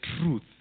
truth